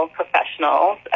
professionals